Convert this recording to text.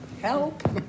Help